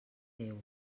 déu